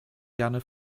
gerne